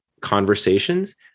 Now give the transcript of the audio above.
conversations